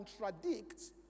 contradicts